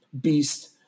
beast